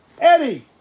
Eddie